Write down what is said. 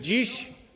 Dziś.